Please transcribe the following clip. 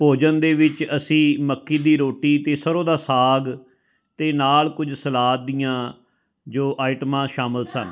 ਭੋਜਨ ਦੇ ਵਿੱਚ ਅਸੀਂ ਮੱਕੀ ਦੀ ਰੋਟੀ ਅਤੇ ਸਰ੍ਹੋਂ ਦਾ ਸਾਗ ਅਤੇ ਨਾਲ ਕੁਝ ਸਲਾਦ ਦੀਆਂ ਜੋ ਆਈਟਮਾਂ ਸ਼ਾਮਿਲ ਸਨ